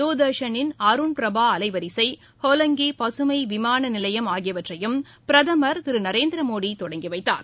தூர்தர்ஷனின் அருண் பிரபாஅலைவரிசை ஹோலங்கிபசுமைவிமானநிலையம் ஆகியவற்றையும் பிரதமர் திருநரேந்திரமோடிதொடங்கிவைத்தார்